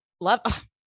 Love